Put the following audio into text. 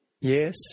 Yes